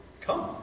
Come